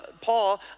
Paul